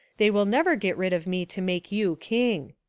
they will never get rid of me to make you king.